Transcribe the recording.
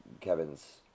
Kevin's